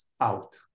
out